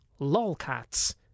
lolcats